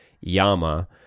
Yama